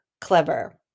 clever